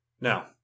Now